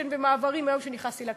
חוש"ן ו"מעברים" מיום שנכנסתי לכנסת.